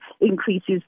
increases